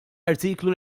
artiklu